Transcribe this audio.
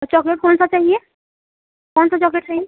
और चॉकलेट कौन सा चाहिए कौन सा चॉकलेट चाहिए